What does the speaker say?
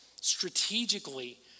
strategically